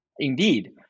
indeed